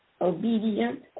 obedient